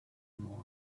more